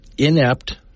Inept